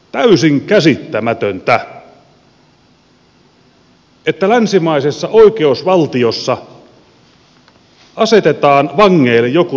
on täysin käsittämätöntä että länsimaisessa oikeusvaltiossa asetetaan vangeille joku tällainen piilokatto